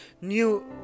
new